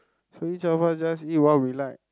so each of us just eat what we like